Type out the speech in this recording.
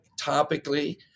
topically